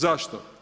Zašto?